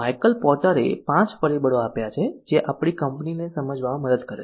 Michael Porter એ 5 પરિબળો આપ્યા છે જે આપડી કંપનીને સમજવામાં મદદ કરે છે